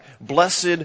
Blessed